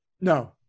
No